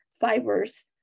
fibers